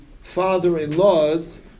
father-in-law's